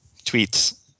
tweets